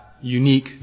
unique